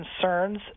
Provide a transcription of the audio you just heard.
concerns